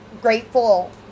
grateful